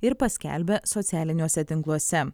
ir paskelbę socialiniuose tinkluose